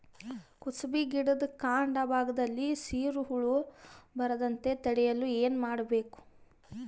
ಕುಸುಬಿ ಗಿಡದ ಕಾಂಡ ಭಾಗದಲ್ಲಿ ಸೀರು ಹುಳು ಬರದಂತೆ ತಡೆಯಲು ಏನ್ ಮಾಡಬೇಕು?